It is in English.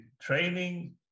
training